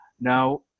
Now